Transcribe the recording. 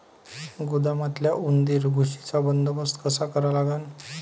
गोदामातल्या उंदीर, घुशीचा बंदोबस्त कसा करा लागन?